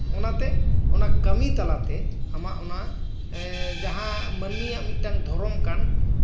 ᱚᱱᱟᱛᱮ ᱚᱱᱟ ᱠᱟᱹᱢᱤ ᱛᱟᱞᱟᱛᱮ ᱟᱢᱟᱜ ᱚᱱᱟ ᱡᱟᱦᱟᱸ ᱢᱟᱹᱱᱢᱤᱭᱟᱜ ᱢᱤᱫᱴᱟᱱ ᱫᱷᱚᱨᱚᱢ ᱠᱟᱱ